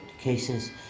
cases